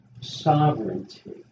sovereignty